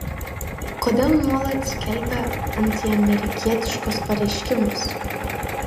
kodėl nuolat skelbia antiamerikietiškus pareiškimus